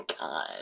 God